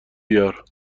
بیار